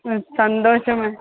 സന്തോഷം മാം